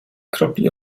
kropli